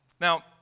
now